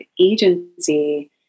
agency